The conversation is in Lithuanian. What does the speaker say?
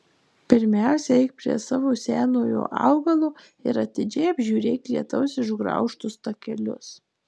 pirmiausia eik prie savo senojo augalo ir atidžiai apžiūrėk lietaus išgraužtus takelius